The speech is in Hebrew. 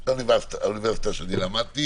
זו האוניברסיטה שאני למדתי